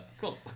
Cool